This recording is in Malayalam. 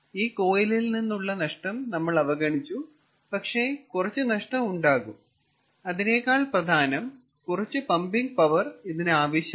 ഈ കോയിലിൽ നിന്നുള്ള നഷ്ടം നമ്മൾ അവഗണിച്ചു പക്ഷേ കുറച്ച് നഷ്ടം ഉണ്ടാകും അതിനേക്കാൾ പ്രധാനം കുറച്ച് പമ്പിംഗ് പവർ ഇതിന് ആവശ്യമാണ്